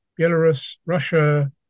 Belarus-Russia